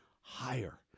higher